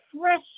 fresh